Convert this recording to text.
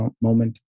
moment